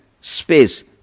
space